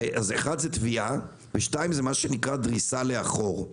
והסיבה השנייה היא מה שנקרא דריסה לאחור.